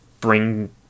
bring